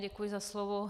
Děkuji za slovo.